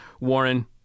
Warren